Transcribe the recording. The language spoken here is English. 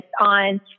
on